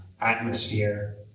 atmosphere